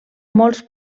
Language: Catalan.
molts